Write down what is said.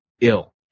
ill